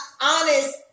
honest